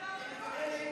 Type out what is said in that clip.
אתה מתכוון לאם תרצו?